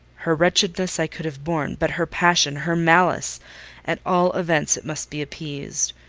her wretchedness i could have borne, but her passion her malice at all events it must be appeased.